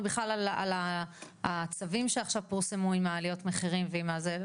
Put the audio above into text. בכלל על הצווים שעכשיו פורסמו עם העליות מחירים ועם הזה,